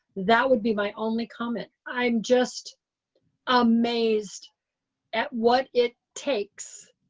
that would be my only comment. i'm just amazed at what it takes